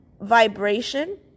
vibration